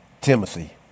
Timothy